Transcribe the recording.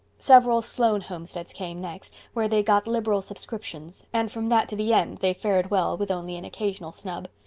several sloane homesteads came next, where they got liberal subscriptions, and from that to the end they fared well, with only an occasional snub.